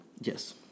Yes